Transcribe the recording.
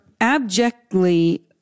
abjectly